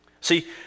See